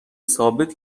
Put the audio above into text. ثابت